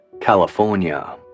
California